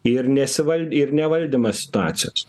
ir nesival ir nevaldymą situacijos